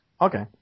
Okay